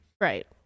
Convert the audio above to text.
Right